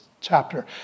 chapter